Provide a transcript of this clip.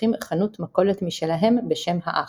ופותחים חנות מכולת משלהם בשם "האח".